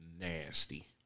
nasty